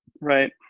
Right